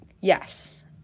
yes